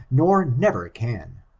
nor never can.